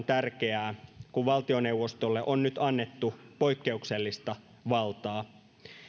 tärkeää kun valtioneuvostolle on nyt annettu poikkeuksellista valtaa